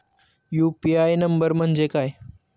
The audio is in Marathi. यु.पी.आय नंबर म्हणजे काय?